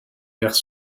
vers